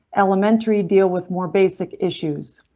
elementary deal with more basic issues.